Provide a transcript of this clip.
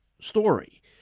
story